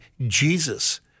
Jesus